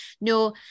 No